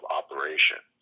operation